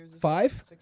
five